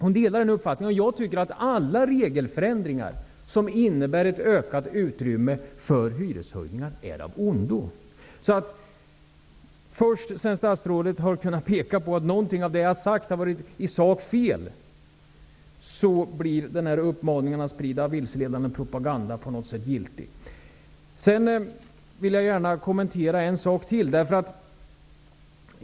Hon delar den uppfattningen. Jag tycker att alla regelförändringar som innebär ett ökat utrymme för hyreshöjningar är av ondo. Först efter det att statsrådet har kunnat peka på att någonting av det jag har sagt i sak har varit fel, blir den här uppmaningen att sluta att sprida vilseledande propaganda på något sätt giltig. Sedan vill jag gärna kommentera en sak till.